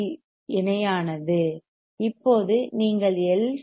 C RC இணையானது இப்போது நீங்கள் எல்